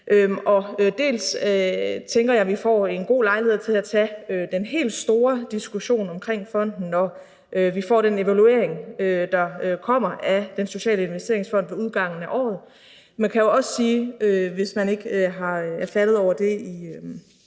Dels tænker jeg, at vi får en god lejlighed til at tage den helt store diskussion om fonden, når vi får den evaluering af Den Sociale Investeringsfond, der kommer ved udgangen af året, dels kan man også sige, hvis man ikke er faldet over det i